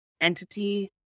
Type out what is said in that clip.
entity